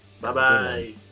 Bye-bye